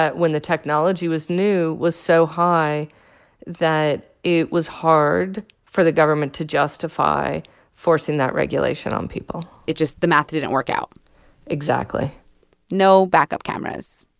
when the technology was new, was so high that it was hard for the government to justify forcing that regulation on people it just the math didn't work out exactly no backup cameras.